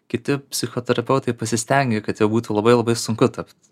kiti psichoterapeutai pasistengė kad jau būtų labai labai sunku tapt